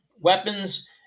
weapons